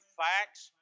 facts